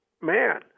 man